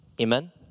Amen